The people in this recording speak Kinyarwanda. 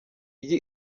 iyi